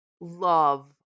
love